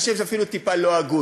אני חושב שזה אפילו טיפה לא הגון.